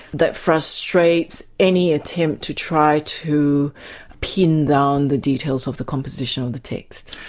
that frustrates any attempt to try to pin down the details of the composition and the text.